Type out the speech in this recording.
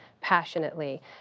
passionately